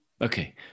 Okay